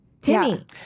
Timmy